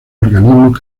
organismos